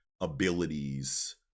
abilities